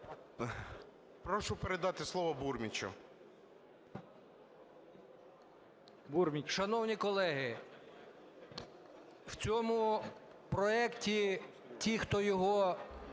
Прошу передати слово Бурмічу.